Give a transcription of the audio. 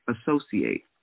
associate